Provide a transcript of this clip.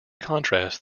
contrast